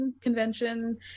convention